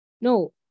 No